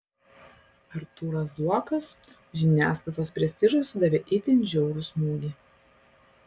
artūras zuokas žiniasklaidos prestižui sudavė itin žiaurų smūgį